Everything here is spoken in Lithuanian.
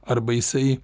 arba jisai